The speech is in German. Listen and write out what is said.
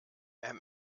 kann